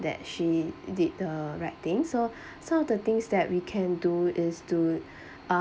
that she did the right thing so some of the things that we can do is to um